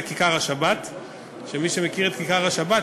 זה כיכר השבת,